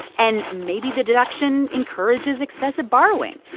and maybe the deduction encourages excessive borrowing.